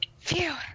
Phew